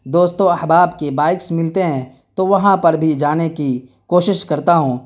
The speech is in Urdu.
دوست و احباب کی بائکس ملتے ہیں تو وہاں پر بھی جانے کی کوشش کرتا ہوں